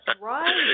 right